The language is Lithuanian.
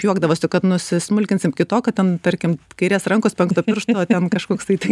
juokdavosi kad nusismulkinsim iki to kad ten tarkim kairės rankos penkto piršto ten kažkoks tai